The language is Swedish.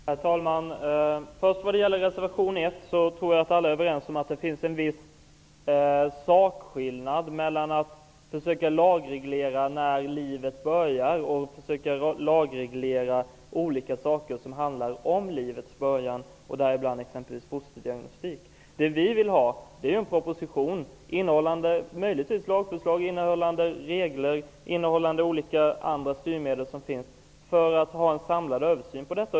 Herr talman! Vad det gäller reservation 1 tror jag alla är överens om att det finns en viss sakskillnad mellan att försöka lagreglera när livet börjar och att försöka lagreglera olika saker som handlar om livets början, däribland t.ex. fosterdiagnostik. Vi vill ha en proposition som möjligen innehåller lagförslag, som innehåller regler och andra olika styrmedel som finns för att få en samlad översyn av detta.